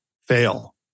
fail